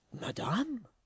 madame